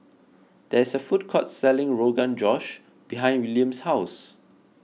there is a food court selling Rogan Josh behind William's house